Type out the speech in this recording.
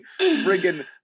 friggin